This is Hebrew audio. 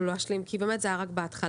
לא אשלים כי זה באמת היה רק בהתחלה,